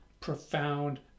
profound